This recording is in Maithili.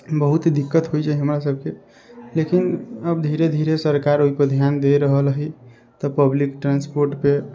बहुत दिक्कत होइ छै हमरा सभके लेकिन अब धीरे धीरे सरकार ओहि पर ध्यान दे रहल है तऽ पब्लिक ट्रान्सपोर्टके